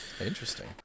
Interesting